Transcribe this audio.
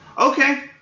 Okay